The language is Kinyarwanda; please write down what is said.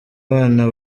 bana